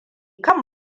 kan